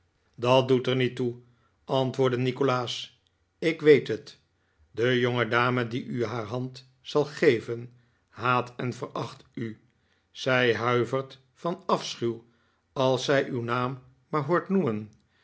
dat doet er niet toe antwoordde nikolaas ik weet het de jongedame die u haar hand zal geven haat en veracht u zij huivert van afschuw als zij uw naam maar hoort noemen